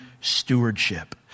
stewardship